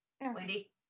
Wendy